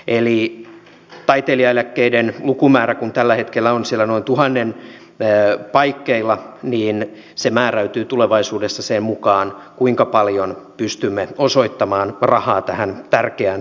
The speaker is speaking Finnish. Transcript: eli kun taiteilijaeläkkeiden lukumäärä tällä hetkellä on siellä tuhannen paikkeilla niin se määräytyy tulevaisuudessa sen mukaan kuinka paljon pystymme osoittamaan rahaa tähän tärkeään työhön